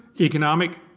economic